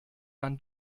man